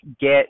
get